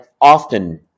often